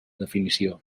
definició